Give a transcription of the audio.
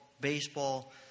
baseball